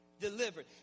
delivered